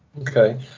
Okay